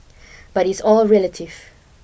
but it's all relative